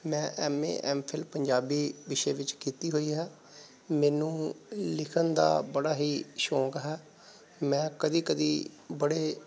ਮੈਂ M A M Phil Punjabi ਵਿਸ਼ੇ ਵਿੱਚ ਕੀਤੀ ਹੋਈ ਹੈ ਮੈਨੂੰ ਲਿਖਣ ਦਾ ਬੜਾ ਹੀ ਸ਼ੌਂਕ ਹੈ ਮੈਂ ਕਦੇ ਕਦੇ ਬੜੇ